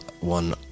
one